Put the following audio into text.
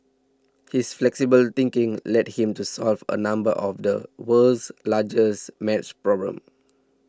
his flexible thinking led him to solve a number of the world's largest maths problems